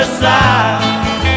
side